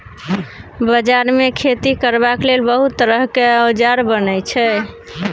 बजार मे खेती करबाक लेल बहुत तरहक औजार बनई छै